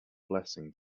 blessing